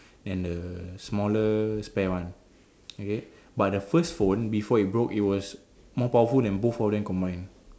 and the smaller spare one okay but the first phone before it broke it was more powerful than both of them behind